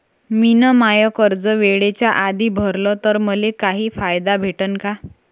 मिन माय कर्ज वेळेच्या आधी भरल तर मले काही फायदा भेटन का?